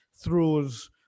throws